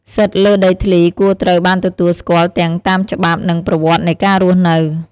សិទ្ធិលើដីធ្លីគួរត្រូវបានទទួលស្គាល់ទាំងតាមច្បាប់ និងប្រវត្តិនៃការរស់នៅ។